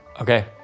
okay